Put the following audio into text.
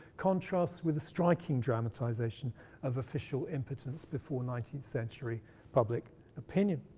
contrasts with the striking dramatization of official impotence before nineteenth century public opinion.